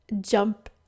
jump